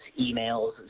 emails